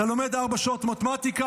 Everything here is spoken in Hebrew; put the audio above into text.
אם אתה לומד ארבע שעות מתמטיקה,